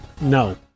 No